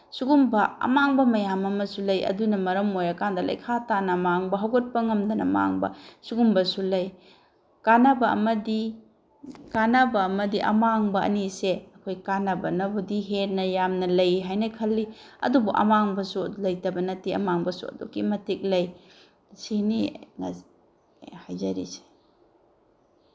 ꯁꯨꯒꯨꯝꯕ ꯑꯃꯥꯡꯕ ꯃꯌꯥꯝ ꯑꯃꯁꯨ ꯂꯩ ꯑꯗꯨꯅ ꯃꯔꯝ ꯑꯣꯏꯔꯀꯥꯟꯗ ꯂꯩꯈꯥ ꯇꯥꯅ ꯃꯥꯡꯕ ꯍꯧꯒꯠꯄ ꯉꯝꯗꯅ ꯃꯥꯡꯕ ꯁꯨꯒꯨꯝꯕꯁꯨ ꯂꯩ ꯀꯥꯟꯅꯕ ꯑꯃꯗꯤ ꯀꯥꯟꯅꯕ ꯑꯃꯗꯤ ꯑꯃꯥꯡꯕ ꯑꯅꯤꯁꯦ ꯑꯩꯈꯣꯏ ꯀꯥꯟꯅꯕꯅꯕꯨꯗꯤ ꯍꯦꯟꯅ ꯌꯥꯝꯅ ꯂꯩ ꯍꯥꯏꯅ ꯈꯜꯂꯤ ꯑꯗꯨꯕꯨ ꯑꯃꯥꯡꯕꯁꯨ ꯂꯩꯇꯕ ꯅꯠꯇꯦ ꯑꯃꯥꯡꯕꯁꯨ ꯑꯗꯨꯛꯀꯤ ꯃꯇꯤꯛ ꯂꯩ ꯁꯤꯅꯤ ꯑꯩ ꯍꯥꯏꯖꯔꯤꯁꯦ